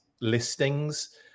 listings